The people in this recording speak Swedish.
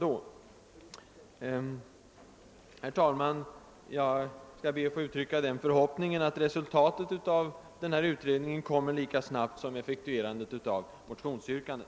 Jag ber att få uttrycka den förhoppningen att resultatet av denna utredning kommer lika snabbt som effektuerandet av utskottsutlåtandet.